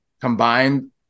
combined